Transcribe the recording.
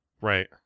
Right